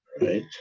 right